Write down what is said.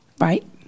Right